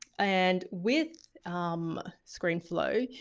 and with um screenflow,